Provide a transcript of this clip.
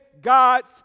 god's